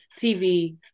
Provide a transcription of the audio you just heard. TV